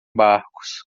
barcos